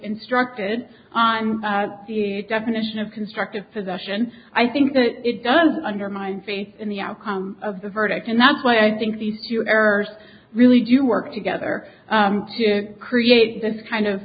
instructed on the definition of constructive possession i think it does undermine faith in the outcome of the verdict and that's why i think these two errors really do work together to create this kind of